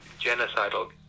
genocidal